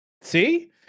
See